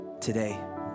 today